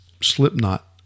Slipknot